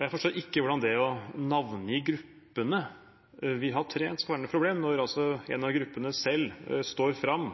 jeg forstår ikke hvordan det å navngi gruppene vi har trent, skulle være noe problem, når altså en av gruppene selv står fram